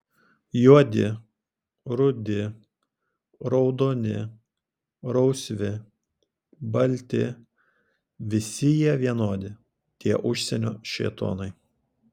juodi rudi raudoni rausvi balti visi jie vienodi tie užsienio šėtonai